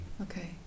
Okay